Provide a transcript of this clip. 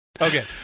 Okay